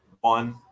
one